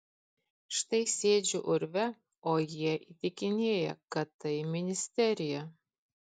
štai sėdžiu urve o jie įtikinėja kad tai ministerija